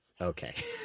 okay